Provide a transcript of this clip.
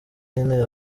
nyine